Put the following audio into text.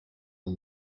les